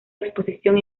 exposición